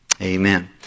amen